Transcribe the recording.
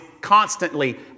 constantly